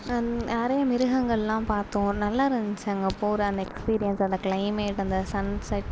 நிறைய மிருகங்களெலாம் பார்த்தோம் நல்லாருந்துச்சு அங்கே போகிற அந்த எக்ஸ்பீரியன்ஸ் அந்த க்ளைமேட் அந்த சன்செட்